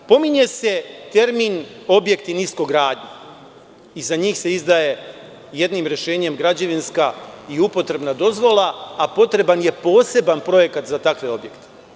Pominje se termin – objekti niskogradnje i za njih se izdaje jednim rešenjem građevinska i upotrebna dozvola, a potreban je poseban projekat za takve objekte.